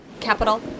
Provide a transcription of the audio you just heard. Capital